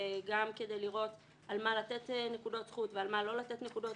גם כדי לראות על מה לתת נקודות זכות ועל מה לא לתת נקודות